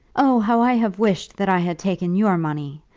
oh, how i have wished that i had taken your money!